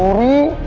me